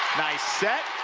nice set